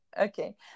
okay